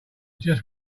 just